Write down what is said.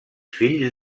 fills